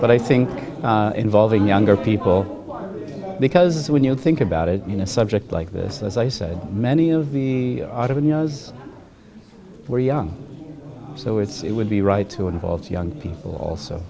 but i think involving younger people because when you think about it in a subject like this as i said many of the as were young so it's it would be right to involve young people also